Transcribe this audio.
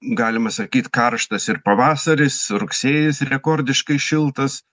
galima sakyt karštas ir pavasaris rugsėjis rekordiškai šiltas